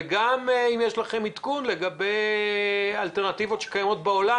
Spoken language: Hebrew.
ואם יש לכם עדכון לגבי אלטרנטיבות שקיימות בעולם,